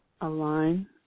align